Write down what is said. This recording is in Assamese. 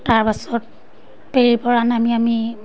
তাৰপাছত ফেৰীৰপৰা নামি আমি